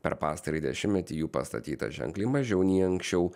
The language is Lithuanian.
per pastarąjį dešimtmetį jų pastatyta ženkliai mažiau nei anksčiau